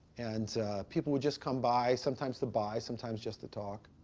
and people would just come by sometimes to buy, sometimes just to talk.